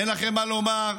אין לכם מה לומר,